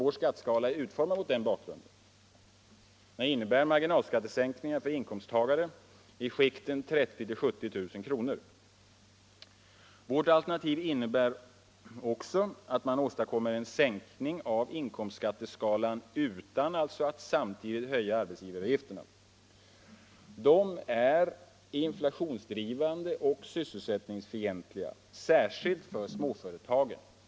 Vår skatteskala är utformad mot den bakgrunden. Den innebär marginalskattesänkningar för inkomsttagare i skikten 30 000-70 000 kr. Vårt alternativ innebär också att man åstadkommer en sänkning av inkomstskatteskalan utan att samtidigt höja arbetsgivaravgifterna. De är inflationsdrivande och sysselsättningsfientliga, särskilt för småföretagen.